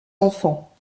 enfants